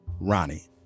Ronnie